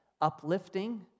uplifting